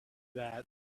that